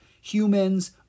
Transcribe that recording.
Humans